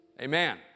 amen